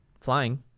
flying